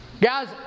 Guys